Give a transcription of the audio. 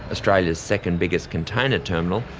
australia's second-biggest container terminal,